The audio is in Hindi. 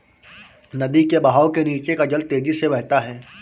नदी के बहाव के नीचे का जल तेजी से बहता है